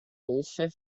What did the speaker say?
hilfe